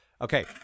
okay